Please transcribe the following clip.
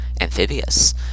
amphibious